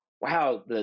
wow